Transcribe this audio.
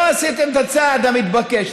לא עשיתם את הצעד המתבקש.